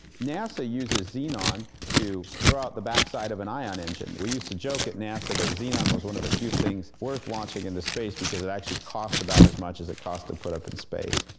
nasa uses xenon to throw out the back-side of an ion engine. we used to joke at nasa that xenon was one of the few things worth launching and into space because it actually costs about as much as it cost to put up in space.